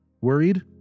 Worried